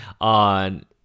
on